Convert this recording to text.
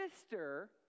sister